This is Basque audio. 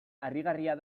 harrigarria